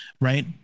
right